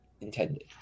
intended